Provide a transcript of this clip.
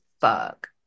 fuck